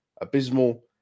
abysmal